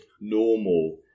normal